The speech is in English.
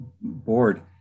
board